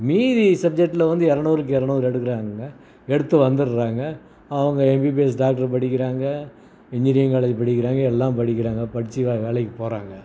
மீதி சப்ஜெக்டில் வந்து இரநூறுக்கு இரநூறு எடுக்கிறாங்கங்க எடுத்து வந்துடுறாங்க அவங்க எம்பிபிஎஸ் டாக்டர் படிக்கிறாங்க இன்ஜினியரிங் காலேஜ் படிக்கிறாங்க எல்லாம் படிக்கிறாங்க படித்து வேலைக்கு போகிறாங்க